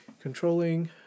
controlling